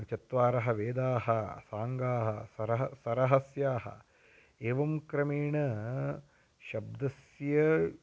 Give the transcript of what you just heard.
चत्वारः वेदाः साङ्गाः सरः सरहस्याः एवं क्रमेण शब्दस्य